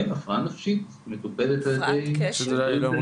כן, זו הפרעה נפשית שמטופלת על ידי זו מחלה